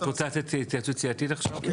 את רוצה לצאת להתייעצות סיעתית עכשיו?